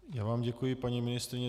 Já vám děkuji, paní ministryně.